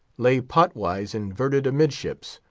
lay pot-wise inverted amidships,